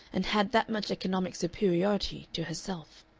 and had that much economic superiority to herself.